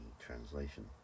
translation